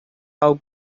how